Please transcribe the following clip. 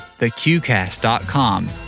theqcast.com